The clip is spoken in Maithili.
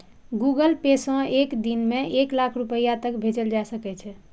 गूगल पे सं एक दिन मे एक लाख रुपैया तक भेजल जा सकै छै